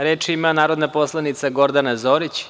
Reč ima narodni poslanik Gordana Zorić.